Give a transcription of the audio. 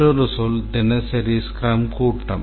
மற்றொரு சொல் தினசரி ஸ்க்ரம் கூட்டம்